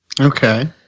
Okay